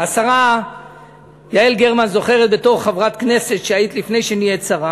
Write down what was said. השרה יעל גרמן זוכרת בתור חברת כנסת שהיית לפני שנהיית שרה,